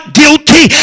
guilty